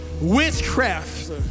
witchcraft